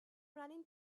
running